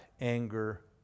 anger